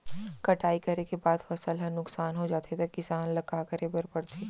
कटाई करे के बाद फसल ह नुकसान हो जाथे त किसान ल का करे बर पढ़थे?